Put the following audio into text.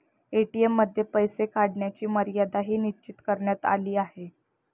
ATM मध्ये पैसे काढण्याची मर्यादाही निश्चित करण्यात आली आहे